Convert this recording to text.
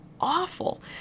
awful